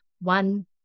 one